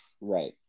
Right